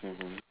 mmhmm